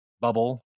bubble